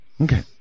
Okay